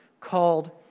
called